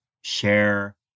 share